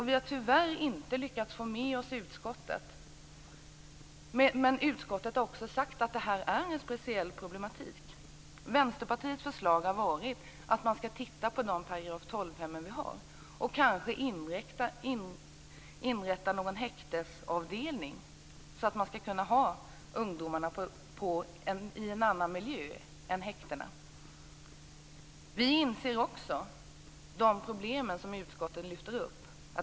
Vi har tyvärr inte lyckats få med oss utskottet, men utskottet har också sagt att det är en speciell problematik. Vänsterpartiets förslag har varit att vi skall titta på de § 12-hem vi har och kanske där inrätta någon häktesavdelning, så att vi kan ha ungdomarna i en annan miljö än häktena. Vi inser också de problem som utskotten lyfter upp.